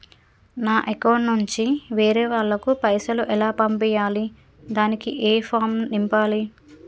నా అకౌంట్ నుంచి వేరే వాళ్ళకు పైసలు ఎలా పంపియ్యాలి దానికి ఏ ఫామ్ నింపాలి?